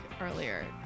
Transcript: earlier